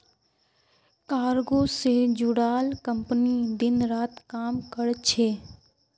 cargo से जुड़ाल company दिन रात काम कर छे